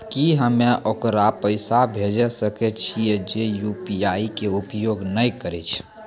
की हम्मय ओकरा पैसा भेजै सकय छियै जे यु.पी.आई के उपयोग नए करे छै?